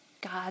God